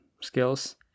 skills